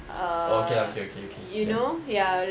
oh okay lah okay okay ya